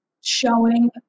showing